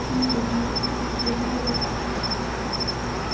ठीक ऐ जी जल्दी करेओ